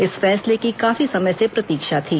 इस फैसले की काफी समय से प्रतीक्षा थी